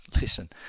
listen